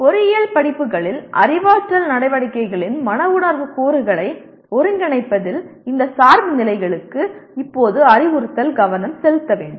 பொறியியல் படிப்புகளில் அறிவாற்றல் நடவடிக்கைகளில் மன உணர்வு கூறுகளை ஒருங்கிணைப்பதில் இந்த சார்புநிலைகளுக்கு இப்போது அறிவுறுத்தல் கவனம் செலுத்த வேண்டும்